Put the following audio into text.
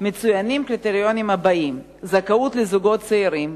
מצוינים הקריטריונים הבאים: זכאות לזוגות צעירים,